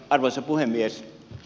arvoisa puhemies